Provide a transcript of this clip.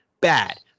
bad